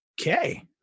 Okay